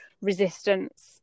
resistance